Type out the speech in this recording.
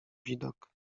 widok